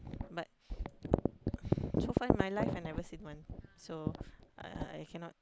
but so far in my life I've never seen one so uh uh I cannot